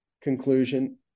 conclusion